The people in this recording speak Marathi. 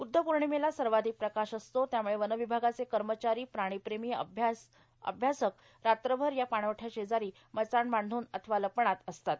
ब्ध्द पौर्णिमेला सर्वाधीक प्रकाश असतो त्याम्ळे वनविभागाचे कर्मचारी प्राणी प्रेमी अभ्यास रात्रभर या पाणवठया शेजारी मचाण बांधून अथवा लपणात असतात